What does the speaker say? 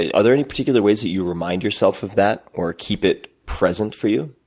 ah are there any particular ways that you remind yourself of that, or keep it present for you?